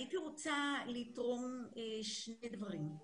הייתי רוצה לתרום שני דברים.